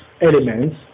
elements